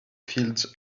fields